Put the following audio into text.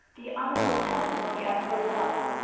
the honorable testimony of her love,